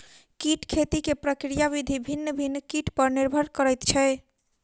कीट खेती के प्रक्रिया विधि भिन्न भिन्न कीट पर निर्भर करैत छै